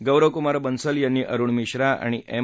गौरव कुमार बन्सल यांनी अरुण मिश्रा आणि एम